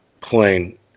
plane